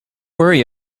worry